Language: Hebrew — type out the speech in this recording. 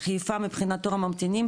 חיפה מבחינת הממתינים,